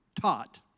taught